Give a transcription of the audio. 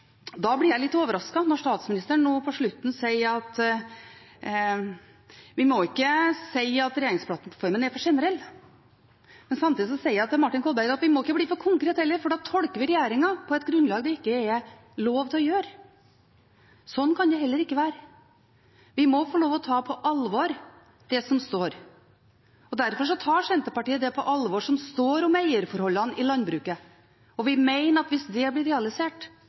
da blir jeg litt overrasket når statsministeren nå på slutten sier at vi må ikke si at regjeringsplattformen er for generell, men samtidig sier hun til Martin Kolberg at vi må ikke bli for konkrete heller, for da tolker vi regjeringen på et grunnlag det ikke er lov til å gjøre. Slik kan det heller ikke være. Vi må få lov til å ta på alvor det som står. Derfor tar Senterpartiet på alvor det som står om eierforholdene i landbruket, og vi mener at hvis det blir realisert,